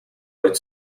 out